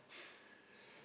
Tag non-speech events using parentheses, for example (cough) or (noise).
(breath)